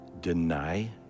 deny